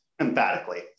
emphatically